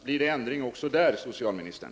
Blir det ändring också där, socialministern?